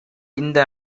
இந்த